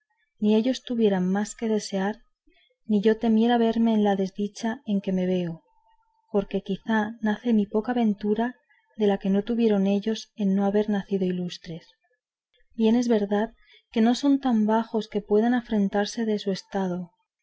ni ellos tuvieran más que desear ni yo temiera verme en la desdicha en que me veo porque quizá nace mi poca ventura de la que no tuvieron ellos en no haber nacido ilustres bien es verdad que no son tan bajos que puedan afrentarse de su estado